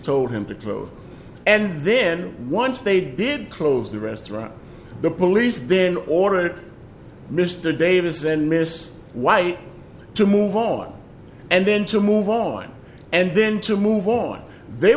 told him to close and then one once they did close the restaurant the police then ordered mr davis and miss white to move on and then to move on and then to move on they